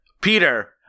Peter